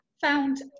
found